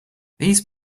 these